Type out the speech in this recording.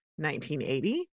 1980